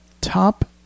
top